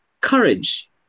Courage